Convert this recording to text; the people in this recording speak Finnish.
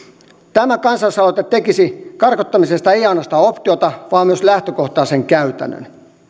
tämä kansalaisaloite tekisi karkottamisesta ei ainoastaan optiota vaan myös lähtökohtaisen käytännön